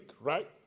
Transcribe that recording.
right